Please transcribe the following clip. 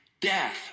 Death